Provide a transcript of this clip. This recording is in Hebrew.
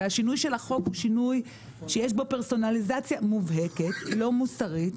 והשינוי של החוק הוא שינוי שיש בו פרסונליזציה מובהקת לא מוסרית,